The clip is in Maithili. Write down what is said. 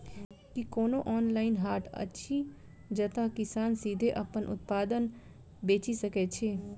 की कोनो ऑनलाइन हाट अछि जतह किसान सीधे अप्पन उत्पाद बेचि सके छै?